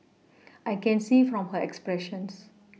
I can see from her expressions